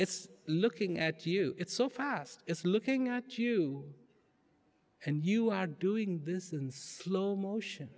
it's looking at you it's so fast it's looking at you and you are doing this in slow motion